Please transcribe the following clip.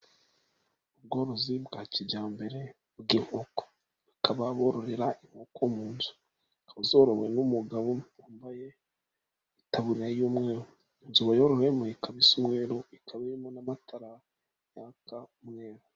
Ubworozi bwa kijyambere bw'inkoko. Bakaba bororera inkoko mu nzu. Zikaba zorowe n'umugabo wambaye itaburiya y'umweru. Inzu bayororeyemo ikaba isa umweru, ikaba irimo n'amatara yaka umweru.